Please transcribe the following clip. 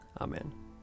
Amen